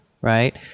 right